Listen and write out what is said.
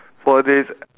four days